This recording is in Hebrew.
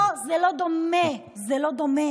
לא, זה לא דומה, זה לא דומה.